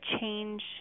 change